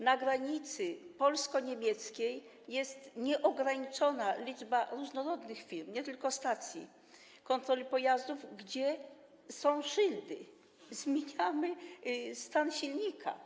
Na granicy polsko-niemieckiej jest nieograniczona liczba różnorodnych firm, nie tylko stacji kontroli pojazdów, gdzie są szyldy: zmieniamy stan licznika.